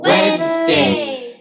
Wednesdays